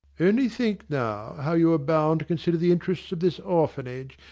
only think, now, how you are bound to consider the interests of this orphanage,